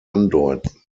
andeuten